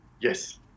Yes